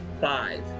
Five